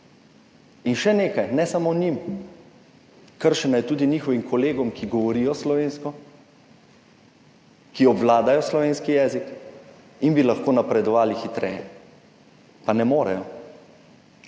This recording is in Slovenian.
In še nekaj, ne samo njim, kršena je tudi njihovim kolegom, ki govorijo slovensko, ki obvladajo slovenski jezik in bi lahko napredovali hitreje, pa ne morejo.